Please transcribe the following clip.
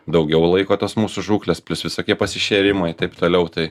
daugiau laiko tos mūsų žūklės plius visokie pasišėrimai taip toliau tai